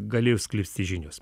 galėjo sklisti žinios